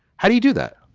how do you do that?